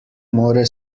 more